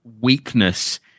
weakness